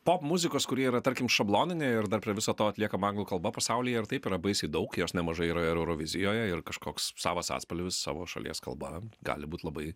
popmuzikos kuri yra tarkim šabloninė ir dar prie viso to atliekama anglų kalba pasaulyje ir taip yra baisiai daug jos nemažai yra ir eurovizijoje ir kažkoks savas atspalvis savo šalies kalba gali būt labai